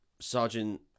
Sergeant